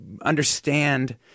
understand